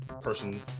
person